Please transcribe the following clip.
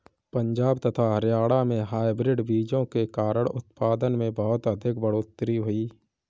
पंजाब तथा हरियाणा में हाइब्रिड बीजों के कारण उत्पादन में बहुत अधिक बढ़ोतरी हुई